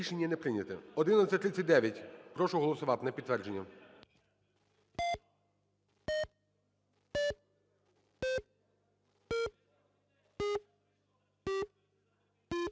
Рішення не прийнято. 1139. Прошу голосувати – на підтвердження.